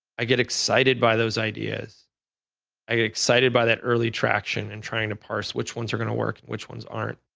i get excited by those ideas. i get excited by that early traction and trying to parse which ones are going to work which ones aren't.